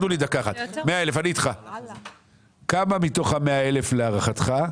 124,000. כמה מתוך ה-100,000, להערכתך,